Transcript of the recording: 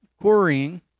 quarrying